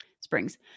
springs